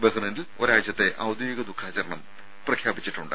ബഹ്റിനിൽ ഒരാഴ്ചത്തെ ഔദ്യോഗിക ദുഃഖാചരണം പ്രഖ്യാപിച്ചിട്ടുണ്ട്